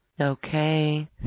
okay